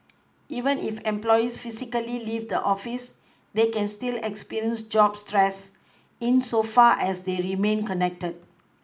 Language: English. even if employees physically leave the office they can still experience job stress insofar as they remain connected